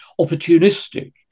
opportunistic